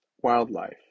wildlife